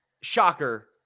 Shocker